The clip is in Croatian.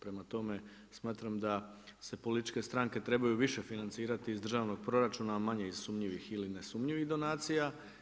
Prema tome, smatram da se političke stranke trebaju više financirati iz državnog proračuna a manje iz sumnjivih ili nesumnjivih donacija.